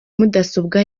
mudasobwa